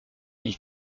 mille